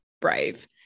brave